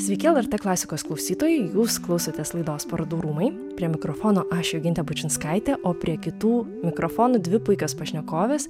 sveiki lrt klasikos klausytojai jūs klausotės laidos parodų rūmai prie mikrofono aš jogintė bučinskaitė o prie kitų mikrofonų dvi puikios pašnekovės